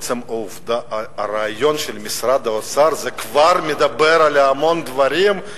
עצם הרעיון של משרד האוצר כבר מדבר על המון דברים.